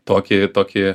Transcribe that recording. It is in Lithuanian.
tokį tokį